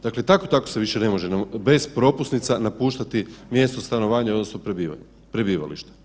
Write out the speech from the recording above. Dakle, tako i tako se više ne može bez propusnica napuštati mjesto stanovanja odnosno prebivališta.